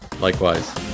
Likewise